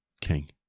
King